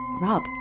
Rob